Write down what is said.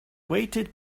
waited